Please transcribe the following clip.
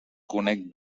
conec